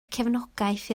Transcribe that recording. cefnogaeth